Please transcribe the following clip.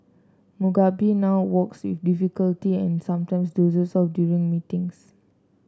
Mugabe now walks with difficulty and sometimes dozes off during meetings